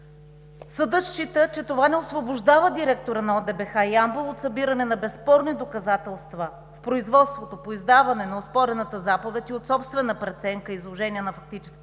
Съдът счита, че това не освобождава директора на ОДБХ – Ямбол, от събиране на безспорни доказателства в производството по издаване на оспорената заповед и от собствена преценка – изложение на фактическите